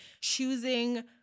choosing